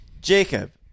Jacob